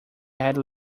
had